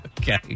Okay